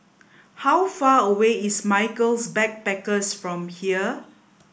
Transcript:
how far away is Michaels Backpackers from here